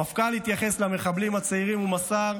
המפכ"ל התייחס למחבלים הצעירים ומסר: